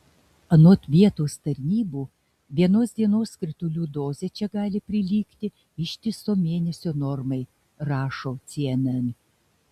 anot vietos tarnybų vienos dienos kritulių dozė čia gali prilygti ištiso mėnesio normai rašo cnn